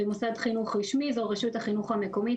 במוסד חינוך רשמי זו רשות החינוך המקומית,